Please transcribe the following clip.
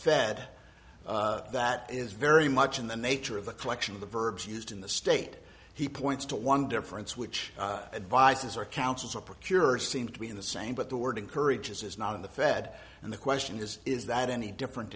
fed that is very much in the nature of the collection of the verbs used in the state he points to one difference which advises or counsels or procure seems to be in the same but the word encourages is not in the fed and the question is is that any different